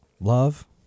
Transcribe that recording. Love